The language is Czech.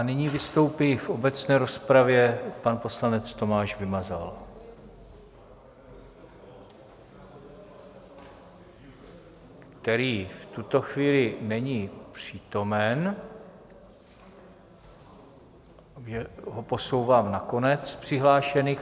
Nyní vystoupí v obecné rozpravě pan poslanec Tomáš Vymazal, který ale v tuto chvíli není přítomen, takže ho posouvám na konec přihlášených.